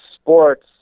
sports